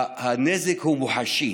הנזק הוא מוחשי: